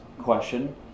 question